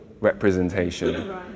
Representation